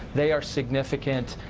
they are significant.